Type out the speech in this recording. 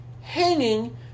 hanging